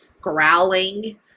growling